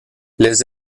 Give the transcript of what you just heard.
les